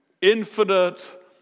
infinite